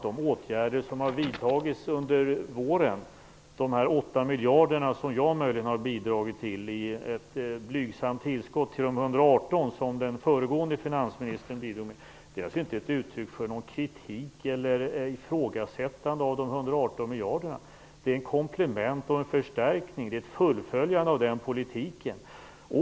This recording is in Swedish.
De åtgärder som har vidtagits under våren - de 8 miljarder som jag möjligen har bidragit med som ett blygsamt tillskott till de 118 miljarder som den föregående finansministern bidrog med - är naturligtvis inte ett uttryck för någon kritik eller något ifrågasättande av de 118 miljarderna. Det är ett komplement och en förstärkning. Det är ett fullföljande av den politiken.